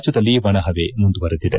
ರಾಜ್ಡದಲ್ಲಿ ಒಣಪವೆ ಮುಂದುವರಿದಿದೆ